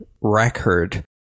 record